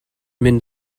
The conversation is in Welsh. mynd